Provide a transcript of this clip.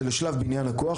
זה לשלב בניין הכוח,